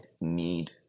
need